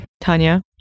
Tanya